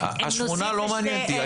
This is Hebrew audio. שמונת התקנים, לא מעניין אותי.